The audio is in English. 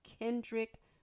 Kendrick